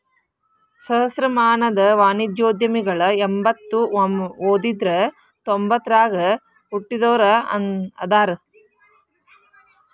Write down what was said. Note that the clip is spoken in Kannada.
ಸಹಸ್ರಮಾನದ ವಾಣಿಜ್ಯೋದ್ಯಮಿಗಳ ಎಂಬತ್ತ ಒಂದ್ರಿಂದ ತೊಂಬತ್ತ ಆರಗ ಹುಟ್ಟಿದೋರ ಅದಾರ